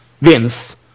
Vince